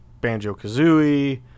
Banjo-Kazooie